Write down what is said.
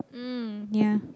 mm ya